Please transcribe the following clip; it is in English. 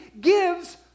gives